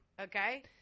Okay